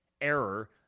error